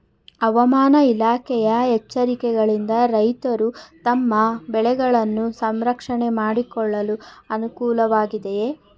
ಹವಾಮಾನ ಇಲಾಖೆಯ ಎಚ್ಚರಿಕೆಗಳಿಂದ ರೈತರು ತಮ್ಮ ಬೆಳೆಗಳನ್ನು ಸಂರಕ್ಷಣೆ ಮಾಡಿಕೊಳ್ಳಲು ಅನುಕೂಲ ವಾಗಿದೆಯೇ?